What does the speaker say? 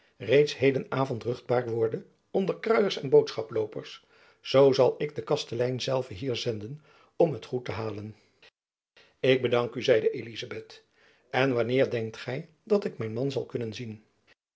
reeds heden avond ruchtbaar worde onder kruiers en boodschaploopers zoo zal ik den kastelein zelven hier zenden om het goed te halen jacob van lennep elizabeth musch ik bedank u zeide elizabeth en wanneer denkt gy dat ik mijn man zal kunnen zien